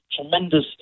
tremendous